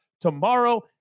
tomorrow